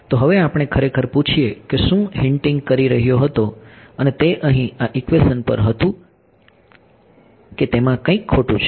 તો હવે આપણે ખરેખર પૂછીએ કે હું શું હિંન્ટીગ કરી રહ્યો હતો અને તે અહીં આ ઇક્વેશન પર હતું કે તેમાં કંઈક ખોટું છે